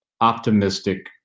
optimistic